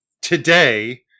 today